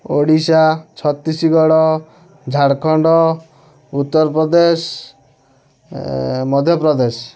Odisha Chhattisgarh Jharkhand Uttar Pradesh Madhya Pradesh